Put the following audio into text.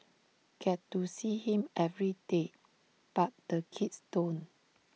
get to see him every day but the kids don't